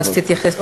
אז תתייחס.